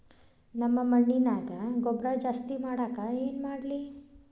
ನಮ್ಮ ಮಣ್ಣಿನ್ಯಾಗ ಗೊಬ್ರಾ ಜಾಸ್ತಿ ಮಾಡಾಕ ಏನ್ ಮಾಡ್ಲಿ?